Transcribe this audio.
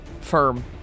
firm